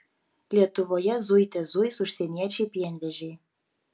lietuvoje zuite zuis užsieniečiai pienvežiai